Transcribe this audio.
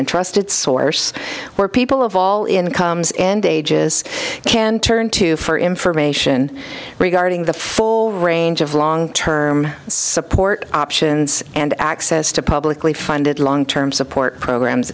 and trusted source where people of all incomes and ages can turn to for information regarding the full range of long term support options and access to publicly funded long term support programs